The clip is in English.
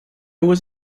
was